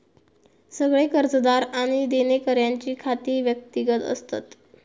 सगळे कर्जदार आणि देणेकऱ्यांची खाती व्यक्तिगत असतत